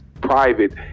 private